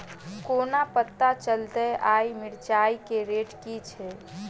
कोना पत्ता चलतै आय मिर्चाय केँ रेट की छै?